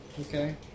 Okay